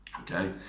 okay